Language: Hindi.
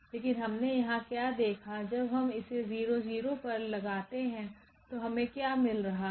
लेकिन हमने यहाँ क्या देखा जब हम इसे00पर लगाते हैं तो हमें क्या मिल रहा है